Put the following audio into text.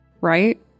right